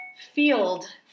Field